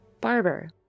Barber